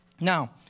Now